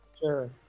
sure